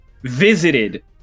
visited